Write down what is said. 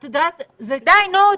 די, נו.